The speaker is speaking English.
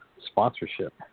sponsorship